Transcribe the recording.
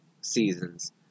seasons